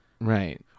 Right